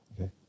okay